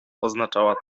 oznaczała